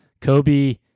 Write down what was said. Kobe